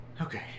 Okay